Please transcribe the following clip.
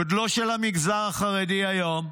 גודלו של המגזר החרדי היום,